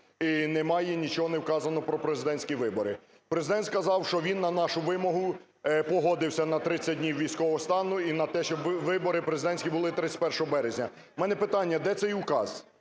і немає, нічого не сказано про президентські вибори. Президент сказав, що він на нашу вимогу погодився на 30 днів військового стану і на те, щоби вибори президентські були 31 березня. У мене питання: де цей указ?